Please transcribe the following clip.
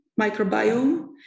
microbiome